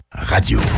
radio